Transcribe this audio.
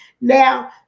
Now